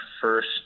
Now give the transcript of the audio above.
first